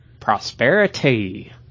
prosperity